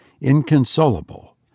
inconsolable